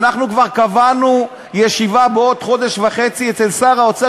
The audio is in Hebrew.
כבר קבענו ישיבה בעוד חודש וחצי אצל שר האוצר,